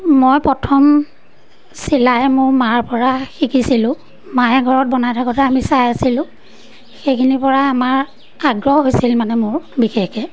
মই প্ৰথম চিলাই মোৰ মাৰপৰা শিকিছিলোঁ মায়ে ঘৰত বনাই থাকোঁতে আমি চাই আছিলোঁ সেইখিনিৰপৰা আমাৰ আগ্ৰহ হৈছিল মানে মোৰ বিশেষকৈ